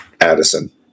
Addison